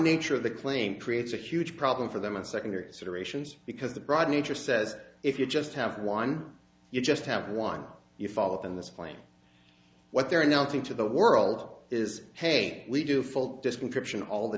nature of the claim pre dates a huge problem for them and second are sort of nations because the broad nature says if you just have one you just have one you fall on this planet what they're announcing to the world is hey we do full description all the